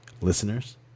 Listeners